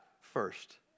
first